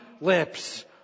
lips